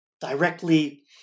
directly